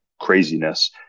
craziness